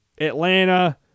Atlanta